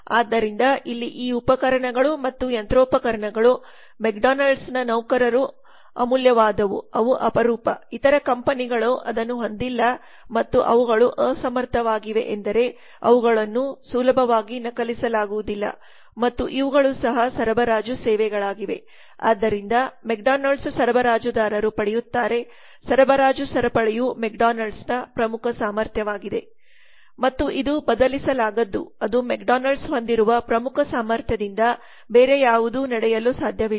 ಆದ್ದರಿಂದ ಇಲ್ಲಿ ಈ ಉಪಕರಣಗಳು ಮತ್ತು ಯಂತ್ರೋಪಕರಣಗಳು ಮೆಕ್ಡೊನಾಲಡ್ಸ್ನ ನೌಕರರು ಅಮೂಲ್ಯವಾದವು ಅವು ಅಪರೂಪ ಇತರ ಕಂಪನಿಗಳು ಅದನ್ನು ಹೊಂದಿಲ್ಲ ಮತ್ತು ಅವುಗಳು ಅಸಮರ್ಥವಾಗಿವೆ ಎಂದರೆ ಅವುಗಳು ಸುಲಭವಾಗಿ ನಕಲಿಸಲಾಗುವುದಿಲ್ಲ ಮತ್ತು ಇವುಗಳು ಸಹ ಸರಬರಾಜು ಸೇವೆಗಳಾಗಿವೆ ಅದರಿಂದ ಮೆಕ್ಡೊನಾಲ್ಡ್ಸ್ ಸರಬರಾಜುದಾರರು ಪಡೆಯುತ್ತಾರೆ ಸರಬರಾಜು ಸರಪಳಿಯು ಮೆಕ್ಡೊನಾಲ್ಡ್ಸ್ನ ಪ್ರಮುಖ ಸಾಮರ್ಥ್ಯವಾಗಿದೆ ಮತ್ತು ಇದು ಬದಲಿಸಲಾಗದ್ದು ಅದು ಮೆಕ್ಡೊನಾಲಡ್ಸ್ ಹೊಂದಿರುವ ಪ್ರಮುಖ ಸಾಮರ್ಥ್ಯದಿಂದ ಬೇರೆ ಯಾವುದೂ ನಡೆಯಲು ಸಾಧ್ಯವಿಲ್ಲ